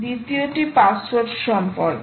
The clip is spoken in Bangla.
দ্বিতীয় টি পাসওয়ার্ড সম্পর্কে